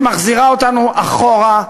שמחזירה אותנו אחורה,